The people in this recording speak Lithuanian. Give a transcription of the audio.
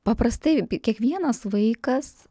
paprastai kiekvienas vaikas